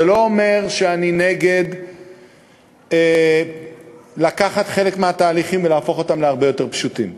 זה לא אומר שאני נגד לקחת חלק מהתהליכים ולהפוך אותם להרבה יותר פשוטים,